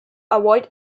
avoid